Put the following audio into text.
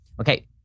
Okay